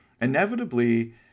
Inevitably